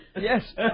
Yes